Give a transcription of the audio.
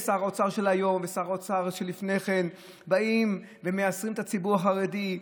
שר אוצר של היום ושר אוצר שלפני כן באים ומייסרים את הציבור החרדי,